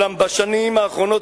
אולם בשנים האחרונות,